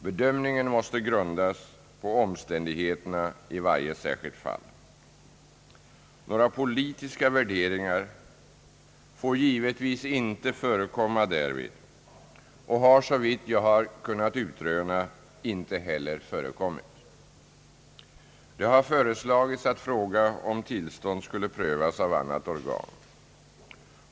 Bedömningen måste grundas på omständigheterna i varje särskilt fall. Några politiska värderingar får givetvis inte förekomma därvid och har såvitt jag har kunnat utröna inte heller förekommit. Det har föreslagits att fråga om tillstånd skulle prövas av annat organ.